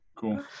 Cool